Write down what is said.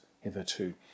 hitherto